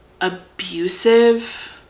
abusive